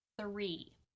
three